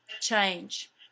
change